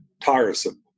tiresome